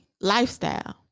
lifestyle